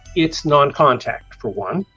it's non-contact, for one.